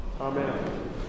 Amen